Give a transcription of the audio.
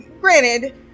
granted